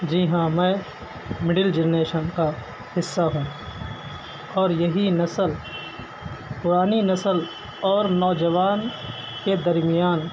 جی ہاں میں middle generation کا حصہ ہوں اور یہی نسل پرانی نسل اور نوجوان کے درمیان